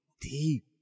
deep